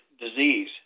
disease